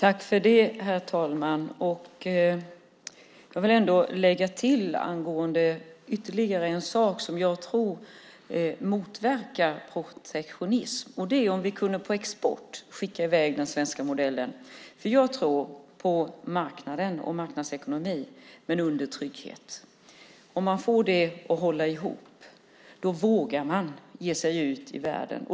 Herr talman! Jag vill lägga till ytterligare en sak som jag tror skulle motverka protektionismen. Det är om vi kunde skicka i väg den svenska modellen på export. Jag tror på marknaden och marknadsekonomin, men under trygghet. Om man får det att hålla ihop vågar man ge sig ut i världen.